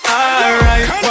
alright